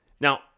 Now